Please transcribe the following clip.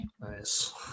Nice